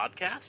podcast